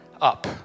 up